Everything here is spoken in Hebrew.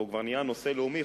והוא כבר נהיה נושא לאומי,